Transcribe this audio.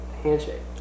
handshake